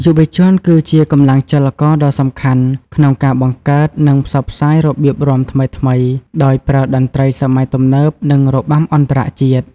យុវជនគឺជាកម្លាំងចលករដ៏សំខាន់ក្នុងការបង្កើត និងផ្សព្វផ្សាយរបៀបរាំថ្មីៗ ដោយប្រើតន្ត្រីសម័យទំនើប និងរបាំអន្តរជាតិ។